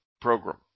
program